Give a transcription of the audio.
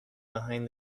behind